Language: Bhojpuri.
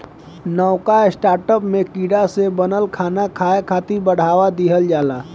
नवका स्टार्टअप में कीड़ा से बनल खाना खाए खातिर बढ़ावा दिहल जाता